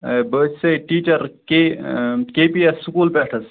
اَے بہٕ چھُسے teacher K K P S school پیٚٹھٕ حظ